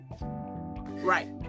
Right